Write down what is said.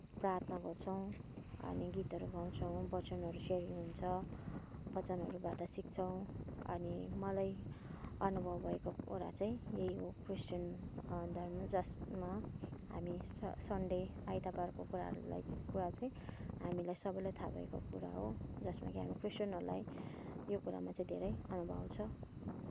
प्रार्थना गर्छौँ अनि गीतहरू गाउँछौँ वचनहरू सेयरिङ हुन्छ वचनहरूबाट सिक्छौँ अनि मलाई अनुभव भएको कुरा चाहिँ यही हो क्रिस्चियन धर्म जसमा हामी सन्डे आइतबारको कुराहरूलाई कुरा चाहिँ हामीलाई सबैलाई थाहा भएको कुरा हो जसमा कि हामी क्रिस्चियनहरूलाई यो कुरामा चाहिँ धेरै अनुभव छ